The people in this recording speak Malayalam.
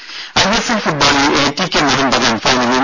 രും ഐഎസ്എൽ ഫുട്ബോളിൽ എടികെ മോഹൻബഗാൻ ഫൈനലിൽ